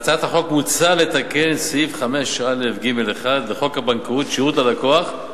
בהצעת החוק מוצע לתקן את סעיף 5א(ג)(1) לחוק הבנקאות (שירות ללקוח),